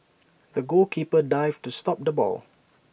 the goalkeeper dived to stop the ball